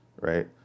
right